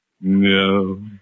No